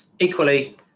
equally